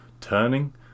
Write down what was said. Turning